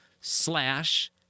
slash